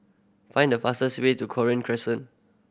find the fastest way to Cochrane Crescent